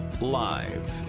Live